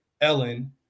Ellen